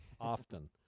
Often